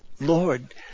Lord